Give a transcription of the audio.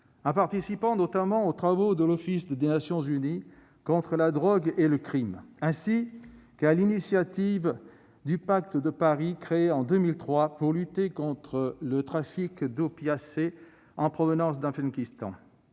en participant aux travaux de l'Office des Nations unies contre la drogue et le crime, ainsi qu'à l'initiative du Pacte de Paris, lancée en 2003 pour lutter contre le trafic d'opiacés en provenance d'Afghanistan.